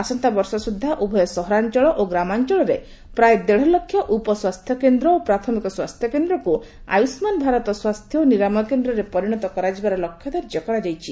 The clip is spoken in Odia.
ଆସନ୍ତା ବର୍ଷ ସୁଦ୍ଧା ଉଭୟ ସହରାଞ୍ଚଳ ଓ ଗ୍ରାମାଞ୍ଚଳରେ ପ୍ରାୟ ଦେତ୍ଲକ୍ଷ ଉପ ସ୍ୱାସ୍ଥ୍ୟକେନ୍ଦ୍ର ଓ ପ୍ରାଥମିକ ସ୍ୱାସ୍ଥ୍ୟକେନ୍ଦ୍ରକୁ ଆୟୁଷ୍କାନ ଭାରତ ସ୍ୱାସ୍ଥ୍ୟ ଓ ନିରାମୟ କେନ୍ଦ୍ରରେ ପରିଣତ କରାଯିବାର ଲକ୍ଷ୍ୟଧାର୍ଯ୍ୟ କରାଯାଇଛି